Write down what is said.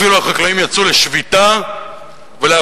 אפילו החקלאים יצאו לשביתה ולהפגנות,